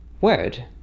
word